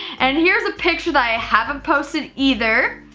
and here's a picture that i haven't posted either.